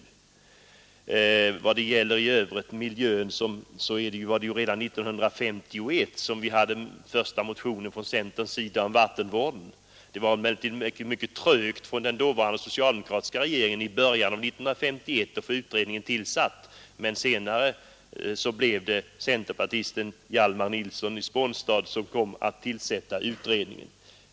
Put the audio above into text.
I vad gäller miljön i övrigt så var det redan 1951 som vi hade den första motionen från centern om vattenvården. Det gick trögt för den dåvarande socialdemokratiska regeringen i början av 1951 att tillsätta den begärda utredningen, och senare blev det centerpartisten Hjalmar Nilson i Spånstad som kom att tillsätta den.